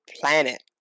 planet